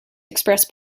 express